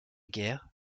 guerre